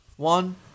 One